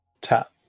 tap